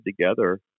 together